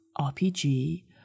RPG